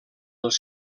els